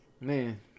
Man